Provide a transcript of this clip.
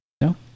no